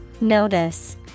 Notice